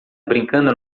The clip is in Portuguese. brincando